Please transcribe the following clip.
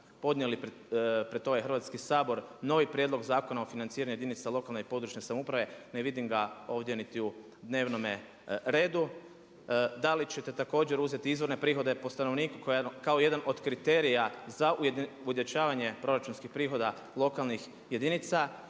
podnijeli pred ovaj Hrvatski sabor novi Prijedlog zakona o financiranju jedinica lokalne i područne samouprave, ne vidim ga ovdje niti u dnevnome redu? Da li ćete također uzeti izvorne prihode po stanovniku koje je jedan od kriterija za ujednačavanje proračunskih prihoda lokalnih jedinica?